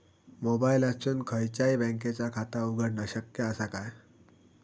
मोबाईलातसून खयच्याई बँकेचा खाता उघडणा शक्य असा काय?